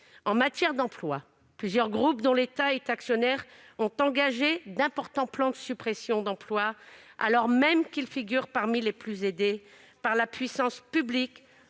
centrale européenne. Plusieurs groupes dont l'État est actionnaire ont engagé d'importants plans de suppressions d'emplois alors même qu'ils figurent parmi les plus aidés par la puissance publique